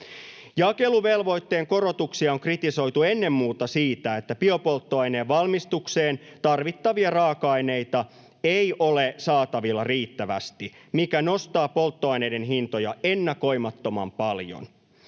Jakeluvelvoitteen korotuksia on kritisoitu ennen muuta siitä, että biopolttoaineen valmistukseen tarvittavia raaka-aineita ei ole saatavilla riittävästi, mikä nostaa polttoaineiden hintoja ennakoimattoman paljon.